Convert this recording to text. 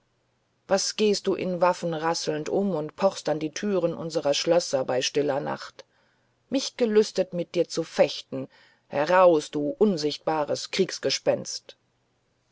was gehst du in waffen rasselnd um und pochst an die türen unserer schlösser bei stiller nacht mich gelüstet mit dir zu fechten herauf du unsichtbares